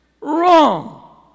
wrong